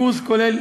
הקורס כולל